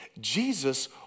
jesus